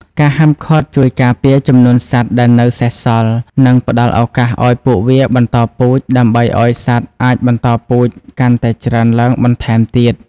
ការហាមឃាត់ជួយការពារចំនួនសត្វដែលនៅសេសសល់ និងផ្ដល់ឱកាសឱ្យពួកវាបន្តពូជ ដើម្បីឲ្យសត្វអាចបន្តពូជកាន់តែច្រើនឡើងបន្ថែមទៀត។